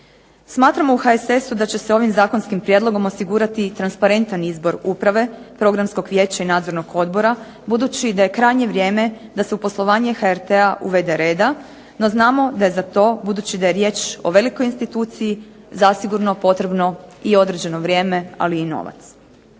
Smatramo u HSS-u da će se ovim zakonskim prijedlogom osigurati transparentan izbor uprave programskog vijeća i nadzornog odbora budući da je krajnje vrijeme da se u poslovanje HRT-a uvede reda, no znamo da je za to budući da je riječ o velikoj instituciji zasigurno potrebno i određeno vrijeme, ali i novac.